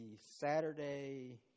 Saturday